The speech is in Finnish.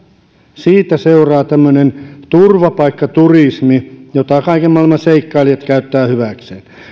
siitä seuraa tämmöinen turvapaikkaturismi jota kaiken maailman seikkailijat käyttävät hyväkseen